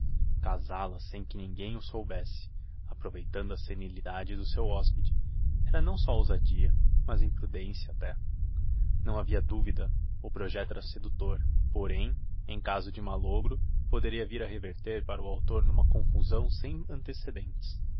moribundo casál a sem que ninguem o soubesse aproveitando a senilidade do seu hospede era não só ousadia mas imprudencia até não havia duvida o projecto era seductor porém em caso de malogro poderia vir a reverter para o autor n'uma confusão sem antecedentes